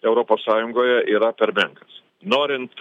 europos sąjungoje yra per menkas norint